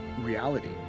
reality